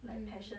mm